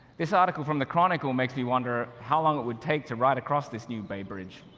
this article from the chronicle makes me wonder how long it would take to ride across this new bay bridge.